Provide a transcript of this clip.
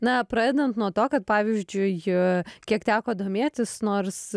na pradedant nuo to kad pavyzdžiui kiek teko domėtis nors